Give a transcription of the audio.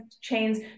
chains